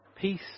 peace